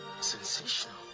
Sensational